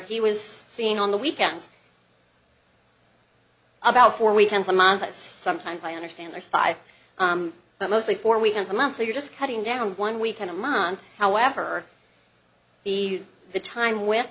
he was seeing on the weekends about four weekends a month us sometimes i understand there's five but mostly four weekends a month so you're just cutting down one weekend a month however the time with